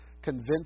convince